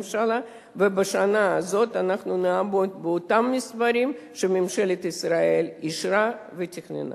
ובשנה הזו אנחנו נעמוד באותם מספרים שממשלת ישראל אישרה ותכננה.